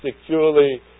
securely